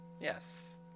Yes